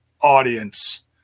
audience